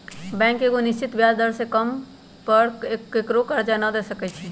bank एगो निश्चित ब्याज दर से कम पर केकरो करजा न दे सकै छइ